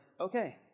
okay